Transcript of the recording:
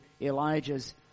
Elijah's